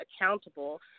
accountable